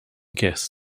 guess